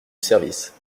service